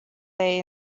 they